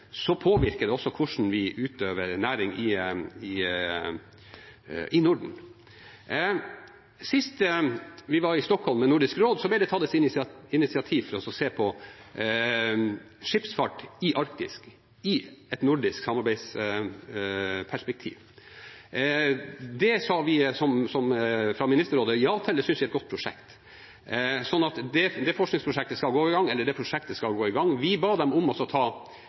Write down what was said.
påvirker det hvordan vi utøver næring i Norden. Sist vi var i Stockholm med Nordisk råd, ble det tatt initiativ til å se på skipsfart i Arktis i et nordisk samarbeidsperspektiv. Det sa vi i Ministerrådet ja til, jeg synes det er et godt prosjekt. Det prosjektet skal gå i gang. Vi ba dem ta hensyn til at vi akkurat har vedtatt Polarkoden, den ligger i bunnen for hvordan vi